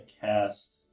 cast